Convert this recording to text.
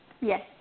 Yes